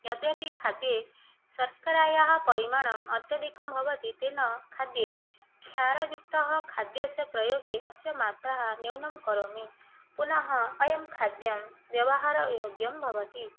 यद्यपि खाद्ये सर्करायाः परिमाणं अत्यधिकं भवति तेन खाद्ये क्षारयुक्तः खाद्यस्य प्रयोगे अस्य मात्राः न्यूनं करोमि पुनः अयं खाद्यं व्यवहारयोग्यं भवति